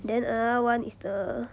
then another [one] is the